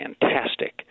fantastic